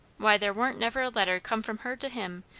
why, there warn't never a letter come from her to him,